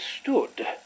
stood